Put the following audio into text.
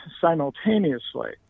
simultaneously